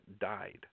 died